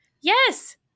Yes